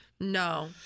No